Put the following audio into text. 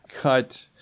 Cut